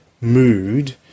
mood